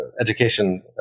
education